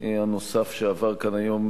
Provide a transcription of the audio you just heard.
הנוסף שעבר כאן היום,